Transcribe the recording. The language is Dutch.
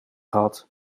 gehad